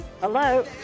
Hello